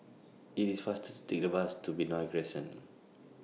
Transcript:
IT IS faster to Take The Bus to Benoi Crescent